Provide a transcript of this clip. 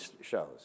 shows